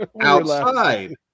outside